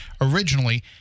originally